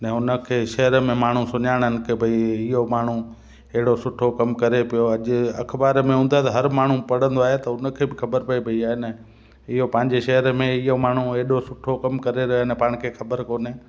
न उन खे शहर में माण्हू सुञाणनि की भई इहो माण्हू अहिड़ो सुठो कमु करे पियो अॼु अख़बार में हूंदा त हर माण्हू पढ़ंदो आहे त उन खे बि ख़बर पए भई आहे न इहो पंहिंजे शहर में इहो माण्हू अहिड़ो सुठो कमु करे रहिया आहिनि पाण खे ख़बर कोन्हे